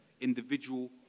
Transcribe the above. individual